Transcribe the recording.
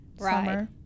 summer